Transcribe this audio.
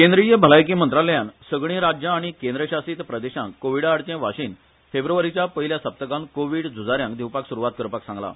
केंद्रीय भलायकी मंत्रालयान सगळीं राज्यां आनी केंद्रशासीत प्रदेशांक कोविडा आडचे वाशीन फेब्रवारीच्या पयल्या सप्तकांत कोवीड झुजा यांक दिवपाक सुरवात करपाक सांगलां